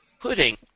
pudding